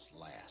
last